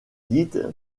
dite